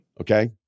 Okay